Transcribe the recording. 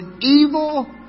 evil